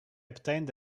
obtained